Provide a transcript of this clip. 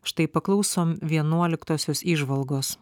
štai paklausom vienuoliktosios įžvalgos